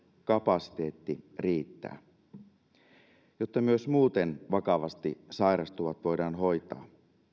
kapasiteetti riittää jotta myös muuten vakavasti sairastuvat voidaan hoitaa